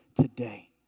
today